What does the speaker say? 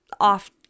off